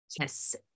Yes